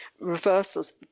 reversals